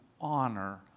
honor